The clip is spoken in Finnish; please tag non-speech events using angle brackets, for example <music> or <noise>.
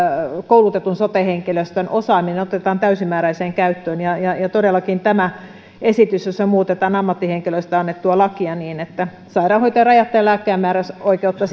koulutetun sote henkilöstön osaaminen otetaan täysimääräiseen käyttöön ja ja todellakin tämä esitys jossa muutetaan ammattihenkilöistä annettua lakia niin että sairaanhoitajan rajattua lääkkeenmääräysoikeutta <unintelligible>